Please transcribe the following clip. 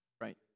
Right